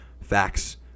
facts